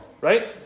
Right